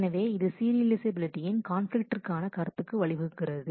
எனவே இது சீரியலைஃசபிலிட்டியின் கான்பிலிக்ட்டிற்கான கருத்துக்கு வழிவகுக்கிறது